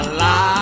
la